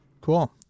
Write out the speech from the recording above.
Cool